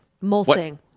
molting